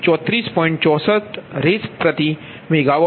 64 RsMWhr